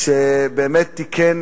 לאחר מכן נעבור להצעת חוק לתיקון